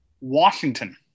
Washington